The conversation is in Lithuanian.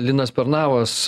linas pernavas